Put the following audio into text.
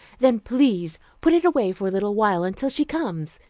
then please put it away for a little while until she comes,